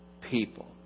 people